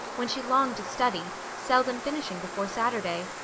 when she longed to study, seldom finishing before saturday.